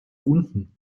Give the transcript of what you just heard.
unten